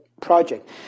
project